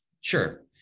Sure